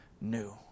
new